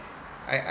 I I